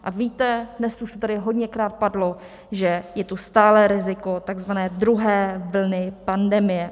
A víte, dnes už to tady hodněkrát padlo, že je tu stálé riziko takzvané druhé vlny pandemie.